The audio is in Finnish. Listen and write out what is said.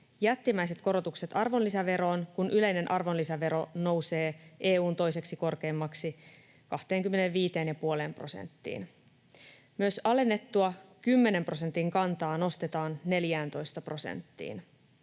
jättimäiset korotukset arvonlisäveroon, kun yleinen arvonlisävero nousee EU:n toiseksi korkeimmaksi 25,5 prosenttiin. Myös alennettua 10 prosentin kantaa nostetaan 14 prosenttiin.